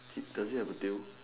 does it have a tail